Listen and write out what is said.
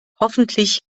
hoffentlich